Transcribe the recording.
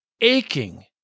aching